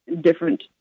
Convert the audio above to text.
different